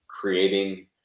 creating